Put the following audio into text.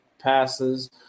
passes